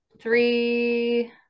Three